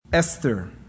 Esther